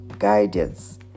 guidance